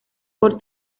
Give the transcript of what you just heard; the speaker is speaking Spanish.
por